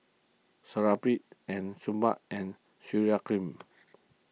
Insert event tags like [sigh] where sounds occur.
Supravit and [unintelligible] Bath and Urea Cream